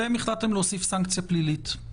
אתם החלטתם להוסיף סנקציה פלילית,